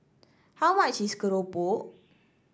how much is Keropok